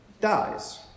dies